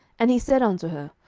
and he said unto her,